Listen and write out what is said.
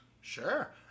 Sure